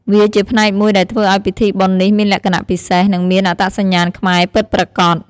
វាជាផ្នែកមួយដែលធ្វើឲ្យពិធីបុណ្យនេះមានលក្ខណៈពិសេស និងមានអត្តសញ្ញាណខ្មែរពិតប្រាកដ។